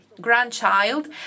grandchild